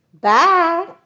Bye